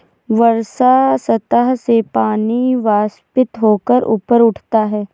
वर्षा सतह से पानी वाष्पित होकर ऊपर उठता है